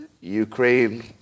Ukraine